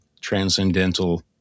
transcendental